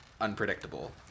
unpredictable